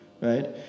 right